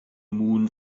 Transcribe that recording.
moon